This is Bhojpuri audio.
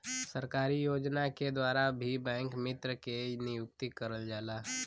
सरकारी योजना के द्वारा भी बैंक मित्र के नियुक्ति करल जाला